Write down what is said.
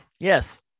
yes